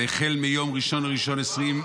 החל מיום 1 בינואר 2025,